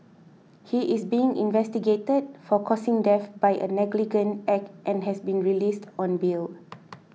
he is being investigated for causing death by a negligent act and has been released on bail